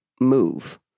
move